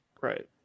Right